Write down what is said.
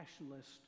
nationalist